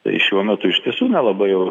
tai šiuo metu iš tiesų nelabai jau